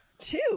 Two